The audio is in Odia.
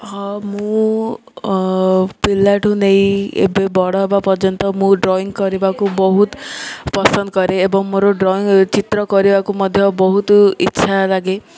ହଁ ମୁଁ ପିଲାଠୁ ନେଇ ଏବେ ବଡ଼ ହେବା ପର୍ଯ୍ୟନ୍ତ ମୁଁ ଡ୍ରଇଂ କରିବାକୁ ବହୁତ ପସନ୍ଦ କରେ ଏବଂ ମୋର ଡ୍ରଇଂ ଚିତ୍ର କରିବାକୁ ମଧ୍ୟ ବହୁତ ଇଚ୍ଛା ଲାଗେ